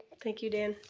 thank you, dan.